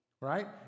right